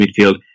midfield